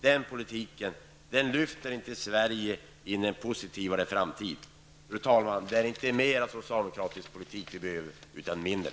Denna politik lyfter inte Sverige in i en positivare framtid. Det är, fru talman, inte mer socialdemokratisk politik vi behöver, utan mindre.